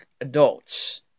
adults